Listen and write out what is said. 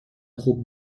خوب